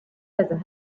تذهب